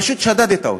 פשוט שדדת אותו.